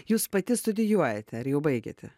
jūs pati studijuojate ar jau baigėte